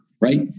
right